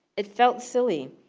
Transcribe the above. it felt silly,